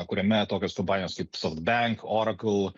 kuriame tokios kompanijos kaip softbank oracle